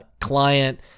client